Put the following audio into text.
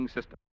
System